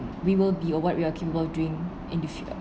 we will be or what we are capable of doing in the